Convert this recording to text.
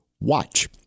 watch